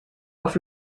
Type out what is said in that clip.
auf